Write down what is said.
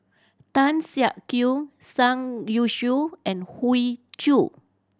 Tan Siak Kew Youshuo and Hoey Choo